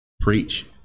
preach